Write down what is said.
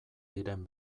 diren